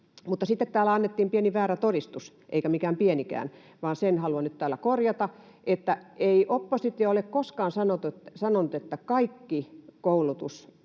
Mutta sitten täällä annettiin pieni väärä todistus, eikä mikään pienikään. Sen haluan nyt täällä korjata, että ei oppositio ole koskaan sanonut, että kaikki koulutusrahat